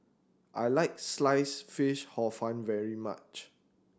I like Sliced Fish Hor Fun very much